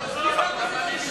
הוא מסביר למה זה לא אישי.